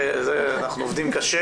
אנחנו עובדים קשה,